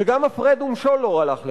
וגם "הפרד ומשול" לא הלך לך.